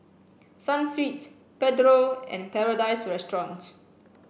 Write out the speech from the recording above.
Sunsweet Pedro and Paradise Restaurant